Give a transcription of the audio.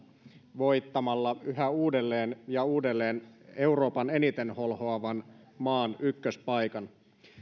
voittamalla yhä uudelleen ja uudelleen euroopan eniten holhoavan maan ykköspaikan